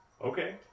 Okay